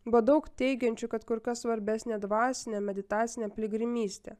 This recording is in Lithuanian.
buvo daug teigiančių kad kur kas svarbesnė dvasinė meditacinė piligrimystė